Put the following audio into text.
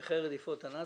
ונכי רדיפות הנאצים,